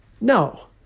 No